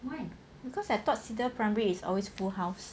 because I thought cedar primary is always full house